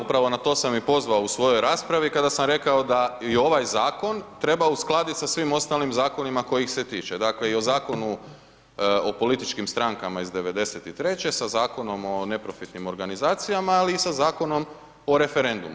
Upravo na to sam sam i pozvao u svojoj raspravi kada sam rekao da i ovaj Zakon treba uskladiti sa svim ostalim Zakonima kojih se tiče, dakle, i o Zakonu o političkim strankama iz '93.-će, sa Zakonom o neprofitnim organizacijama, ali i sa Zakonom o referendumu.